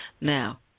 Now